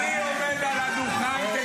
אני עומד על הדוכן.